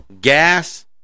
gas